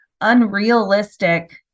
unrealistic